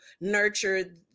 nurture